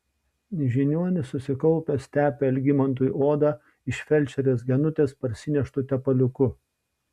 žiniuonis susikaupęs tepė algimantui odą iš felčerės genutės parsineštu tepaliuku